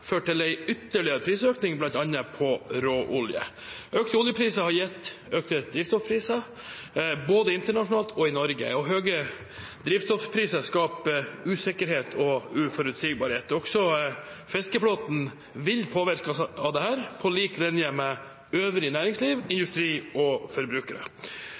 til en ytterligere prisøkning, bl.a. på råolje. Økte oljepriser har gitt økte drivstoffpriser, både internasjonalt og i Norge, og høye drivstoffpriser skaper usikkerhet og uforutsigbarhet. Også fiskeflåten vil påvirkes av dette, på lik linje med øvrig næringsliv, industri og forbrukere.